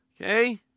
okay